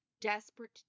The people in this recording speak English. desperate